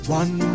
one